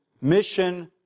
mission